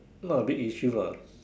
not a big issue lah